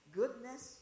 goodness